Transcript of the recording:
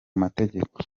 mategeko